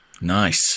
Nice